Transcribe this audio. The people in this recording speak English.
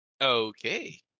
Okay